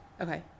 Okay